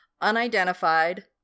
unidentified